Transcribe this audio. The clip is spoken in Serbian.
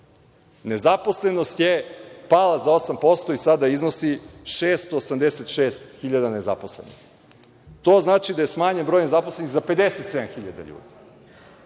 nezaposlenost je pala za 8% i sada iznosi 686.000 nezaposlenih. To znači da je smanjen broj nezaposlenih za 57.000 ljudi.